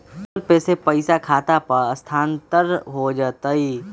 Google Pay से पईसा खाता पर स्थानानंतर हो जतई?